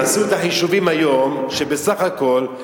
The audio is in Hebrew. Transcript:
עשו את החישובים היום שבסך הכול,